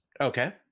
Okay